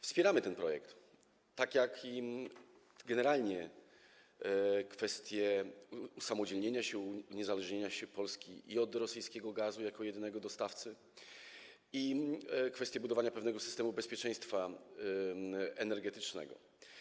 Wspieramy ten projekt, tak jak generalnie kwestię usamodzielnienia się, uniezależnienia się Polski od gazu z Rosji jako jedynego dostawcy i kwestię budowania pewnego systemu bezpieczeństwa energetycznego.